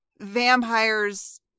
vampires